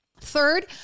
Third